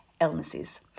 illnesses